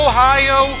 Ohio